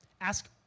ask